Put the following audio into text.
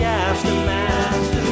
aftermath